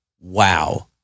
wow